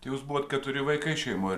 tai jūs buvot keturi vaikai šeimoj ir